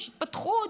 יש התפתחות.